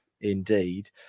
indeed